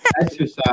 exercise